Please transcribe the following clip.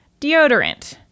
deodorant